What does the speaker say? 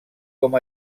com